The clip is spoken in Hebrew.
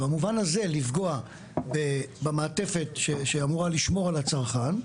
ובמובן הזה לפגוע במעטפת שאמורה לשמור על הצרכן?